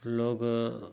लोग